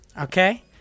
Okay